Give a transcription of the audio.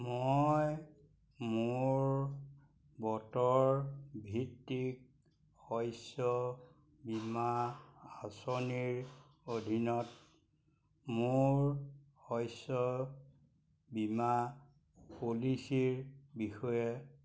মই মোৰ বতৰ ভিত্তিক শস্য বীমা আঁচনিৰ অধীনত মোৰ শস্য বীমা পলিচীৰ বিষয়ে